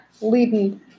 leading